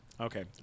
Okay